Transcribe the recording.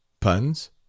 Puns